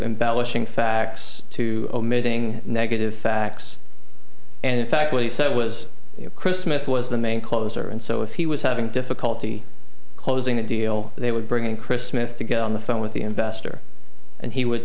embellishing facts to omitting negative facts and in fact what he said was chris smith was the main closer and so if he was having difficulty closing the deal they would bring in chris smith to get on the phone with the investor and he would